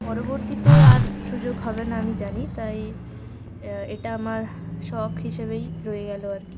পরবর্তীতে আর সুযোগ হবে না আমি জানি তাই এটা আমার শখ হিসাবেই রয়ে গেল আর কি